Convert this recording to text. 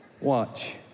Watch